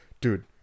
dude